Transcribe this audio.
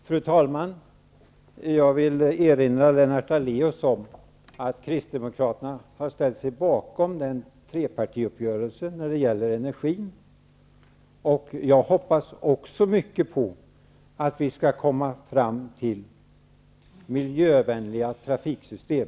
Fru talman! Jag vill erinra Lennart Daléus om att Kristdemokraterna har ställt sig bakom den trepartiuppgörelse som gäller energin. Jag hoppas också mycket på att vi skall komma fram till miljövänliga trafiksystem.